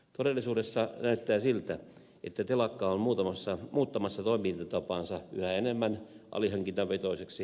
todellisuudessa näyttää siltä että telakka on muuttamassa toimintatapaansa yhä enemmän alihankintavetoiseksi